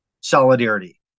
Solidarity